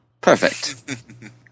Perfect